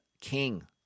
king